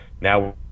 Now